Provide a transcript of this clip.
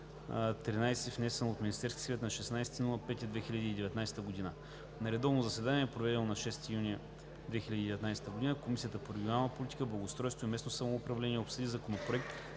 внесен от Министерския съвет на 16 май 2019 г. На редовно заседание, проведено на 6 юни 2019 г., Комисията по регионална политика, благоустройство и местно самоуправление обсъди Законопроект